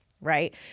right